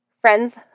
Friends